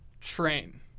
train